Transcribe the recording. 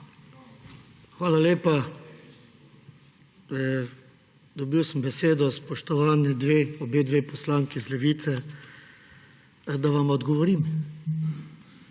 Hvala lepa. Dobil sem besedo, spoštovani obe poslanki iz Levice, da vama odgovorim.